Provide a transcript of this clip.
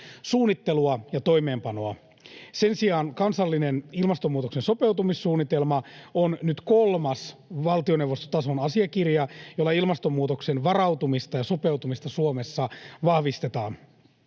suunnittelua ja toimeenpanoa. Sen sijaan kansallinen ilmastonmuutokseen sopeutumissuunnitelma on nyt kolmas valtioneuvostotason asiakirja, jolla ilmastonmuutokseen varautumista ja sopeutumista Suomessa vahvistetaan.